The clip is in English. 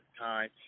time